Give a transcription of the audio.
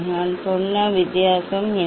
நான் சொன்ன வித்தியாசம் என்ன